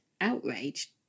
outraged